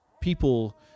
People